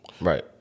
Right